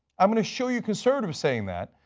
i'm going to show you conservatives saying that,